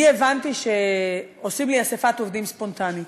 הבנתי שעושים לי אספת עובדים ספונטנית.